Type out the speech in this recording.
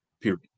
period